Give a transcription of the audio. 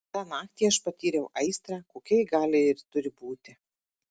tą naktį aš patyriau aistrą kokia ji gali ir turi būti